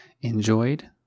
enjoyed